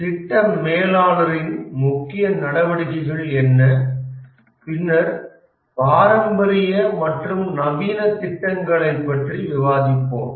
திட்ட மேலாளரின் முக்கிய நடவடிக்கைகள் என்ன பின்னர் பாரம்பரிய மற்றும் நவீன திட்டங்களைப் பற்றி விவாதிப்போம்